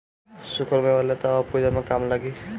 सुखल मेवा लेते आव पूजा में काम लागी